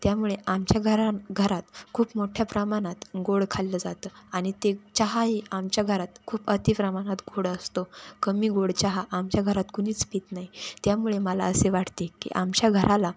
त्यामुळे आमच्या घरा घरात खूप मोठ्या प्रमाणात गोड खाल्लं जातं आणि ते चहाही आमच्या घरात खूप अति प्रमाणात गोड असतो कमी गोड चहा आमच्या घरात कुणीच पीत नाही त्यामुळे मला असे वाटते की आमच्या घराला